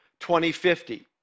2050